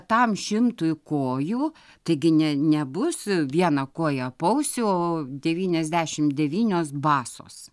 tam šimtui kojų taigi ne nebus vieną koją apausiu o devyniasdešim devynios basos